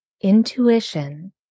intuition